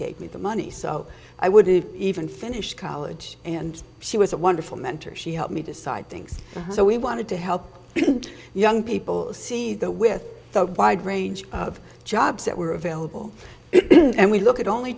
gave me the money so i wouldn't even finish college and she was a wonderful mentor she helped me decide things so we wanted to help young people see the with the wide range of jobs that were available and we look at only